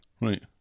Right